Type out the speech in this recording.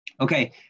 Okay